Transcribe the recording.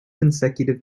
consecutive